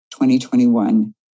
2021